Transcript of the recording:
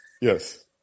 yes